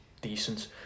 decent